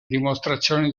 dimostrazioni